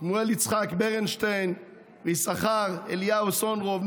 שמואל יצחק ברנשטיין ויששכר אליהו סנורוב,